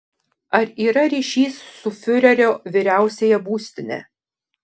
ar yra ryšys su fiurerio vyriausiąja būstine